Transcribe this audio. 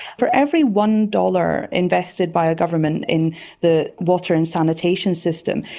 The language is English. for every one dollars invested by a government in the water and sanitation system,